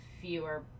fewer